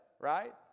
right